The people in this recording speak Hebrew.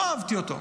לא אהבתי אותו.